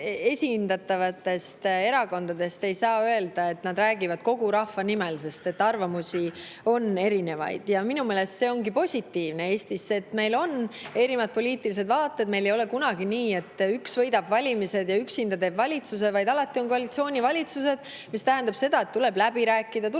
esindatud erakondadest ei saa öelda, et nad räägivad kogu rahva nimel, sest arvamusi on erinevaid. Ja minu meelest see ongi positiivne Eestis, et meil on erinevad poliitilised vaated. Meil ei ole kunagi nii, et üks võidab valimised ja üksinda teeb valitsuse, vaid alati on koalitsioonivalitsused, mis tähendab seda, et tuleb läbi rääkida, tuleb